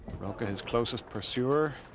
rocca his closest pursuer